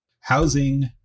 Housing